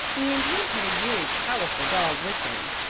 the indians had a very powerful dog with them,